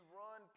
run